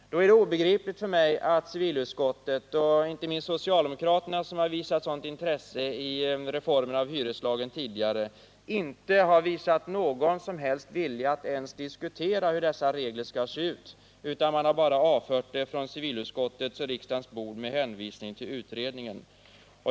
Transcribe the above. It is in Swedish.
Det är då obegripligt för mig att civilutskottet och inte minst socialdemokraterna, som tidigare har visat sådant intresse för reformer av hyreslagen, inte hyser någon som helst vilja att ens diskutera hur dessa regler skall se ut. Man har bara avfört ärendet från civilutskottets och riksdagens bord med hänvisning till utredningen.